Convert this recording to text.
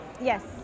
Yes